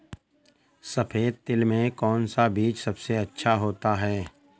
सफेद तिल में कौन सा बीज सबसे अच्छा होता है?